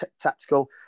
tactical